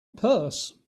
purse